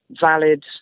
valid